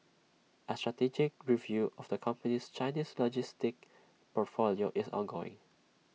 A strategic review of the company's Chinese logistics portfolio is ongoing